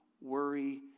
worry